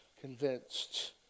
convinced